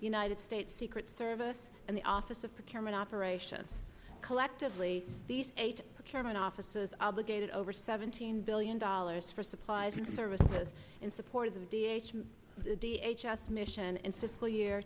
united states secret service and the office of preparing operation collectively these eight procurement offices obligated over seventeen billion dollars for supplies and services in support of the da da s mission in fiscal year